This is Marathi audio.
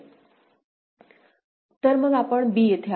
तर मग आपण b येथे आलो